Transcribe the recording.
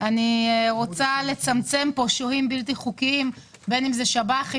אני רוצה לצמצם פה שוהים בלתי-חוקיים שב"ח,